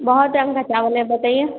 बहुत रंग का चावल है बताइए